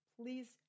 Please